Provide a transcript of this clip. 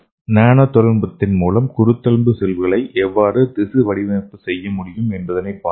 நானோ தொழில்நுட்பத்தின் மூலம் குருத்தெலும்பு செல்களை எவ்வாறு திசுவடிவமைப்பு செய்ய முடியும் என்பதைப் பார்ப்போம்